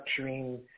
structuring